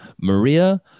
Maria